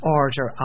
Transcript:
order